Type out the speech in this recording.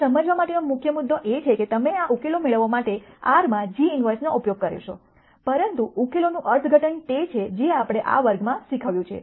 હવે સમજવા માટેનો મુખ્ય મુદ્દો એ છે કે તમે આ ઉકેલો મેળવવા માટે R માં g ઇન્વર્સનો ઉપયોગ કરો છો પરંતુ આ ઉકેલોનું અર્થઘટન તે છે જે આપણે આ વર્ગમાં શીખવ્યું છે